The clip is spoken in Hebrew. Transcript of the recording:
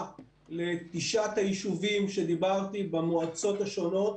לתשעת היישובים שדיברתי עליהם במועצות השונות,